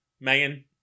Megan